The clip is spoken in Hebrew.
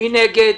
מי נגד?